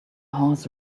horse